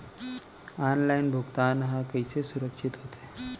Online भुगतान हा कइसे सुरक्षित होथे?